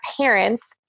parents